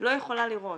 לא יכולה לראות,